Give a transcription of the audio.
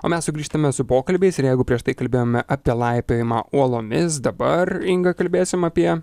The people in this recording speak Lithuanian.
o mes sugrįžtame su pokalbiais ir jeigu prieš tai kalbėjome apie laipiojimą uolomis dabar inga kalbėsim apie